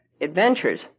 adventures